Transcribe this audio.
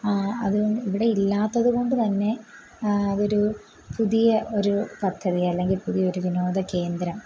അത് ഇവിടെ ഇല്ലാത്തത് കൊണ്ട് തന്നെ ഒരു ഒരു പുതിയ ഒരു പദ്ധതി അല്ലങ്കിൽ വിനോദ കേന്ദ്രം